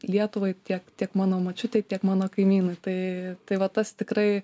lietuvai tiek tiek mano močiutei tiek mano kaimynui tai tai va tas tikrai